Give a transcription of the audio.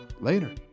Later